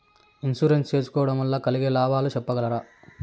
Insurance సేసుకోవడం వల్ల కలిగే లాభాలు సెప్పగలరా?